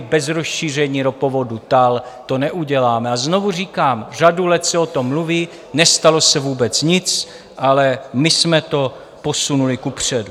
Bez rozšíření ropovodu TAL to neuděláme a znovu říkám: řadu let se o tom mluví, nestalo se vůbec nic, ale my jsme to posunuli kupředu.